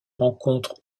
rencontre